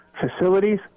facilities